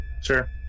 Sure